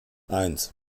eins